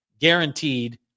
guaranteed